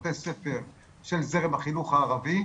בתי ספר של זרם החינוך הערבי,